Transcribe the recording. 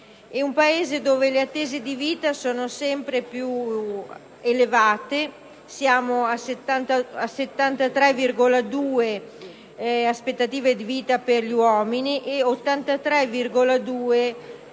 un Paese dove le attese di vita sono sempre più elevate: siamo a 73,2 anni di aspettativa di vita per gli uomini ed 83,2 anni